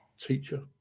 teacher